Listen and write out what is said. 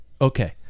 Okay